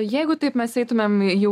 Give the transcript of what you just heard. jeigu taip mes eitumėm jau